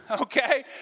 okay